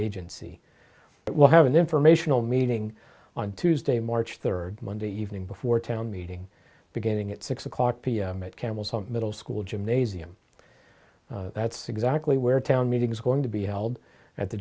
that will have an informational meeting on tuesday march third monday evening before town meeting beginning at six o'clock pm at campbell's middle school gymnasium that's exactly where town meeting is going to be held at the